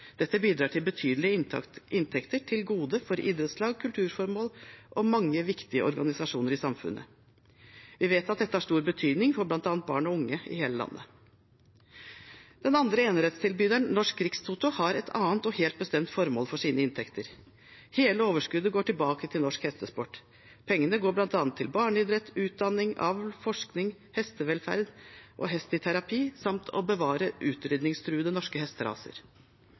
Dette bidrar til betydelige inntekter til gode for idrettslag, kulturformål og mange viktige organisasjoner i samfunnet. Vi vet at dette har stor betydning for bl.a. barn og unge i hele landet. Den andre enerettstilbyderen, Norsk Rikstoto, har et annet og helt bestemt formål for sine inntekter. Hele overskuddet går tilbake til norsk hestesport. Pengene går bl.a. til barneidrett, utdanning, avl, forskning, hestevelferd og hest i terapi, samt å bevare utrydningstruede norske hesteraser.